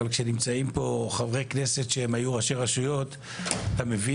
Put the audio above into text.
אבל כשנמצאים פה חברי כנסת שהם היו ראשי רשויות אתה מבין